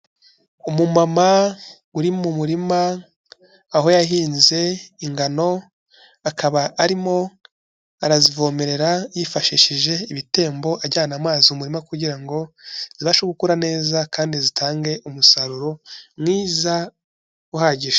Umumama uri mu murima aho yahinze ingano, akaba arimo arazivomerera yifashishije ibitembo ajyana amazi mu murima kugira ngo zibashe gukura neza kandi zitange umusaruro mwiza uhagije.